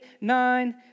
nine